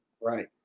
Right